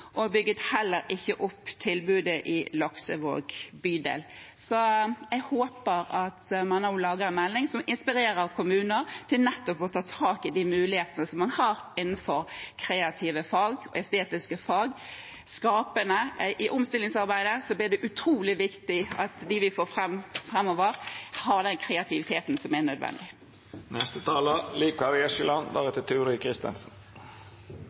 og bygget heller ikke opp tilbudet i Laksevåg bydel. Jeg håper at man nå lager en melding som inspirerer kommuner til nettopp å ta tak i de mulighetene man har innenfor kreative og estetiske fag, skapende fag. I omstillingsarbeidet blir det utrolig viktig at de vi får fram framover, har den kreativiteten som er